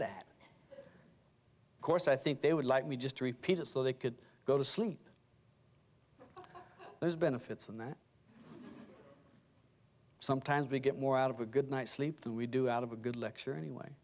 that course i think they would like me just to repeat it so they could go to sleep those benefits and that sometimes we get more out of a good night's sleep than we do out of a good lecture anyway